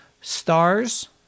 stars